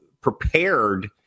prepared